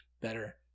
better